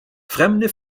fremde